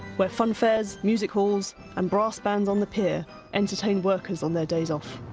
where funfairs, music halls and brass bands on the pier entertained workers on their days off.